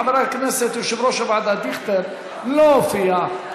חבר הכנסת יושב-ראש הוועדה דיכטר לא הופיע,